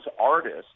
artists